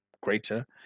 greater